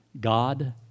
God